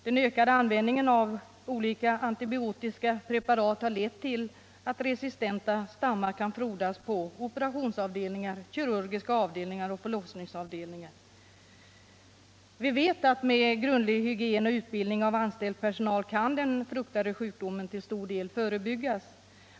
Den ökade användningen av olika antibiotiska preparat har lett till att resistenta stammar kan frodas på operationsavdelningar och förlossningsavdelningar. Vi vet att med grundlig hygien på avdelningarna och utbildning av anställd personal kan den fruktade sjukdomen till stor del förebyggas.